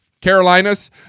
Carolinas